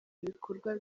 bikorwa